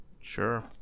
sure